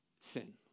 sin